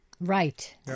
Right